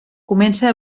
comença